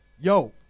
Yo